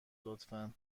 لطفا